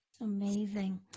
Amazing